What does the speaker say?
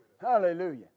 Hallelujah